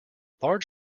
large